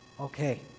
Okay